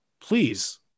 please